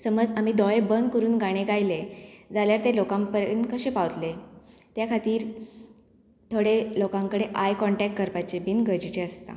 समज आमी दोळे बंद करून गाणें गायलें जाल्यार ते लोकां परत कशें पावतलें त्या खातीर थोडे लोकां कडेन आय कॉन्टेक्ट करपाचे बीन गरजेचें आसता